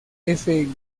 gary